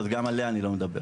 אז גם עליה אני לא מדבר.